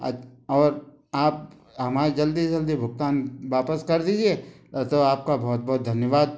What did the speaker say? अज और आप हमारे जल्दी से जल्दी भुगतान वापस कर दीजिए तो आपका बहुत बहुत धन्यवाद